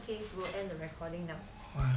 we will end the recording now